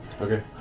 Okay